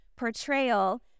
Portrayal